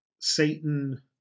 Satan